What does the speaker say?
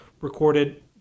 recorded